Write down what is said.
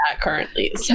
currently